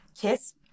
Kiss